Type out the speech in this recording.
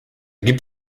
gibt